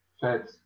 fed